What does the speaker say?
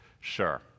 Sure